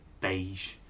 beige